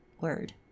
word